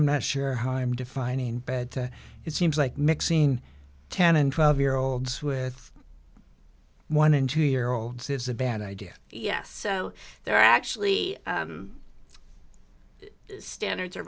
i'm not sure how i'm defining better it seems like mixing ten and twelve year olds with one and two year olds is a bad idea yes so they're actually standards